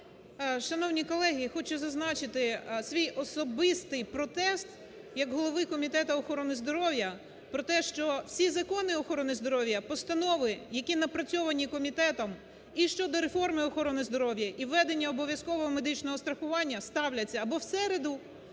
Шановні колеги. Хочу зазначити свій особистий протест як голови Комітету охорони здоров'я про те, що всі закони охорони здоров'я, постанови, які напрацьовані комітетом, і щодо реформи охорони здоров'я, і введення обов'язкового медичного страхування, ставляться або в середу,